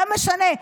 לא משנה.